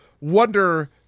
wonder